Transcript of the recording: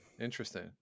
Interesting